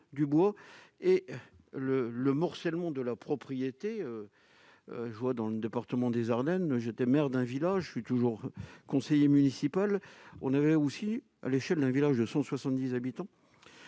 du bois et le le morcellement de la propriété, je vois dans le département des Ardennes j'étais maire d'un village suis toujours conseiller municipal, on avait aussi à l'échelle d'un village de 170 habitants